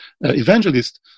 evangelist